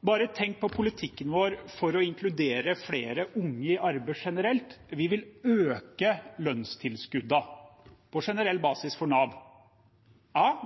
Bare tenk på politikken vår for å inkludere flere unge i arbeid generelt. Vi vil øke lønnstilskuddene på generell basis for Nav.